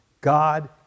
God